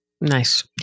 Nice